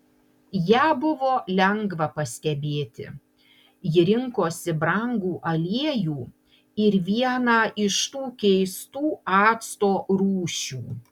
ją buvo lengva pastebėti ji rinkosi brangų aliejų ir vieną iš tų keistų acto rūšių